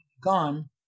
gone